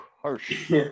harsh